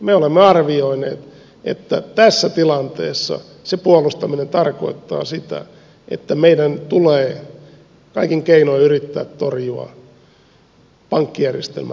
me olemme arvioineet että tässä tilanteessa se puolustaminen tarkoittaa sitä että meidän tulee kaikin keinoin yrittää torjua pankkijärjestelmän romahtaminen